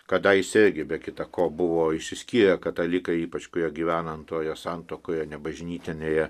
kadaise be kita ko buvo išsiskyrę katalikai ypač kurie gyvena antroje santuokoje nebažnytinėje